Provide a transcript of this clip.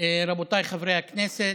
רבותיי חברי הכנסת,